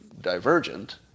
divergent